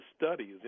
studies